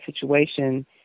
situation